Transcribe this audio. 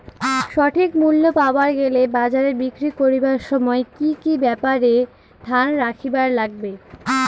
সঠিক মূল্য পাবার গেলে বাজারে বিক্রি করিবার সময় কি কি ব্যাপার এ ধ্যান রাখিবার লাগবে?